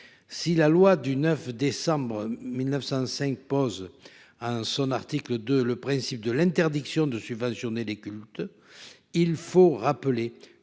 Si la loi du 9 décembre 1905 pause à un son article 2, le principe de l'interdiction de subventionner les cultes. Il faut rappeler